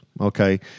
okay